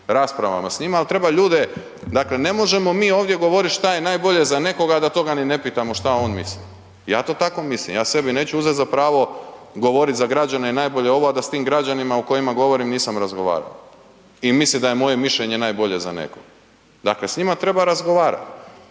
raspravama s njima, al treba ljude, dakle ne možemo mi ovdje govorit šta je najbolje za nekoga, a da toga ni ne pitamo šta on misli, ja to tako mislim, ja sebi neću uzet za pravo govorit za građane je najbolje ovo, a da s tim građanima o kojima govorim, nisam razgovarao i mislit da je moje mišljenje najbolje za nekog, dakle s njima treba razgovarat.